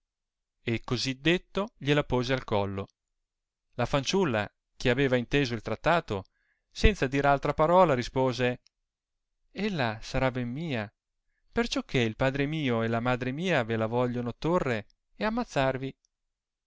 e cosi detto gliela pose al collo la fanciulla che aveva inteso il trattato senza dir altra parola rispose ella sarà ben mia perciò che il padre mio e la madre mia ve la vogliono torre e ammazzarvi